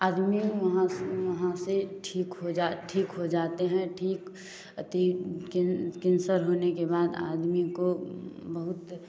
आदमी वहाँ से ठीक हो जाते हैं ठीक ठीक कैंसर होने के बाद आदमी को बहुत